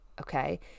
Okay